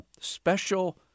special